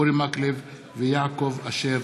אורי מקלב ויעקב אשר.